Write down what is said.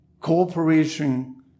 cooperation